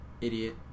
Idiot